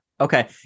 Okay